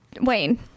Wayne